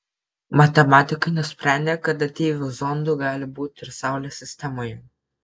matematikai nusprendė kad ateivių zondų gali būti ir saulės sistemoje